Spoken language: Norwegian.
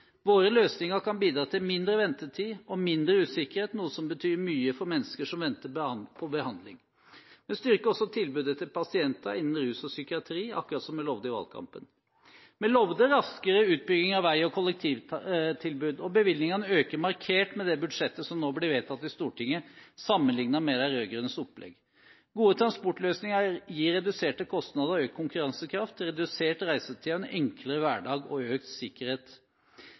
Våre løsninger kan bidra til mindre ventetid og mindre usikkerhet, noe som betyr mye for mennesker som venter på behandling. Vi styrker også tilbudet til pasienter innen rus og psykiatri, akkurat som vi lovet i valgkampen. Vi lovet raskere utbygging av vei og kollektivtilbud, og bevilgningene øker markert med det budsjettet som nå blir vedtatt i Stortinget, sammenlignet med de rød-grønnes opplegg. Gode transportløsninger gir reduserte kostnader og økt konkurransekraft, redusert reisetid, en enklere hverdag og økt sikkerhet.